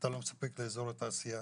אתה לא מספק לי אזור תעשייה,